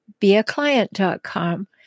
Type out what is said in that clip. beaclient.com